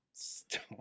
Stop